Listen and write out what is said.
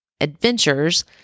adventures